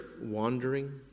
wandering